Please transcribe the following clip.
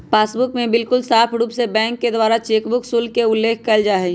passbook में बिल्कुल साफ़ रूप से बैंक के द्वारा चेकबुक शुल्क के उल्लेख कइल जाहई